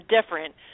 different